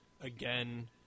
again